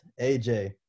AJ